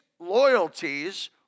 loyalties